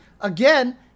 Again